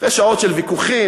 אחרי שעות של ויכוחים,